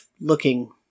looking